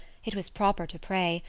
it was proper to pray,